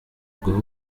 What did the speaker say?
guha